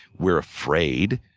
we're afraid.